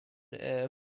air